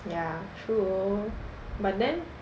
ya true but then